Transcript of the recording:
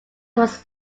was